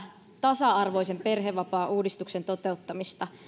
tasa arvoisen perhevapaauudistuksen toteuttamista